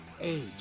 age